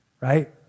right